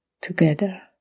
together